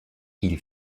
ils